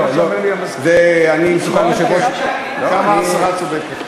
השרה צודקת.